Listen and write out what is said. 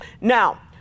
Now